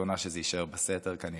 רצונה שזה יישאר בסתר, כנראה.